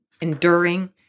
enduring